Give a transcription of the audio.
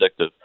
addictive